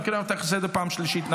אני קורא אותך לסדר פעם שלישית.